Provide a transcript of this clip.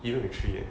even with three leh